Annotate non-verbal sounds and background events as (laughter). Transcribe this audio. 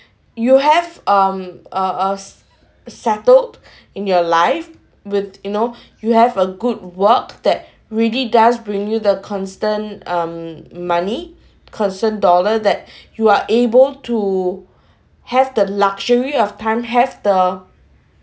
you have um uh uh settled in your life with you know you have a good work that really does bring you the constant um money constant dollar that (breath) you are able to have the luxury of time have the